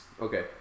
Okay